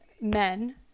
men